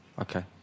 Okay